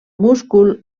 múscul